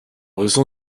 raison